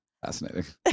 fascinating